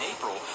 April